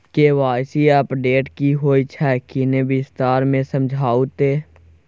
KYC update की होय छै किन्ने विस्तार से समझाऊ ते?